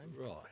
Right